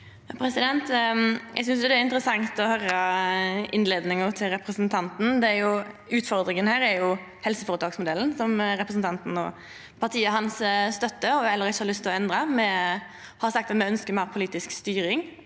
Eg sy- nest det er interessant å høyra innleiinga til representanten Bjørlo. Utfordringa her er helseføretaksmodellen, som representanten og partiet hans støttar, og heller ikkje har lyst til å endra. Me har sagt at me ønskjer meir politisk styring.